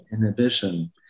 inhibition